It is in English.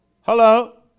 Hello